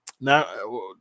Now